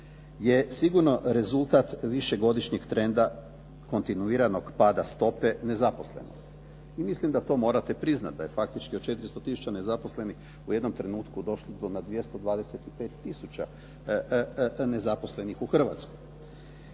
je sigurno rezultat višegodišnjeg trenda kontinuiranog pada stope nezaposlenosti i mislim da to morate priznati da je faktički od 400 tisuća nezaposlenih u jednom trenutku došlo na 225 tisuća nezaposlenih u Hrvatskoj.